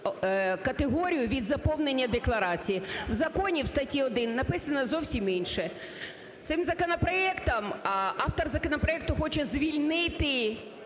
категорію від заповнення декларацій. В законі, в статті 1 написано зовсім інше. Цим законопроектом автор законопроекту хоче звільнити